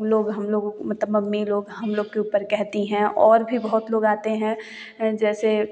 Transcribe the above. हम लोग मतलब मम्मी लोग हम लोग के हम ऊपर रहती हैं और भी बहुत लोग आते हैं जैसे